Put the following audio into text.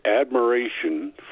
admiration